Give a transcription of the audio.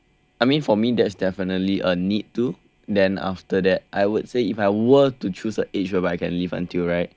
I mean for me that's definitely a need to then after that I would say if I were to choose uh a age that I can live until right